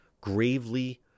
gravely